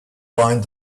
fine